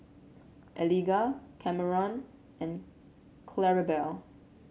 Eliga Kameron and Claribel